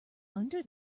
under